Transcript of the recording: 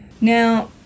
Now